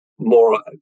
More